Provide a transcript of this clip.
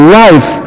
life